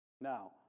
Now